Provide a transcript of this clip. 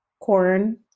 Corn